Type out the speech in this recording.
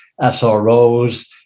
SROs